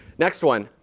next one,